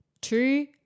two